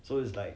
so it's like